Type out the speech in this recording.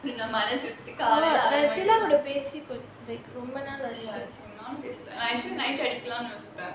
நம்ம மன திருப்திக்காக ரொம்பாலாம் இல்லஅடிக்கலாம்னு யோசிப்பேன்:namma mana thirupthikaaga rombalaam illa adikalaamnu yosipaen